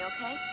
okay